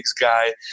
guy